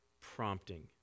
prompting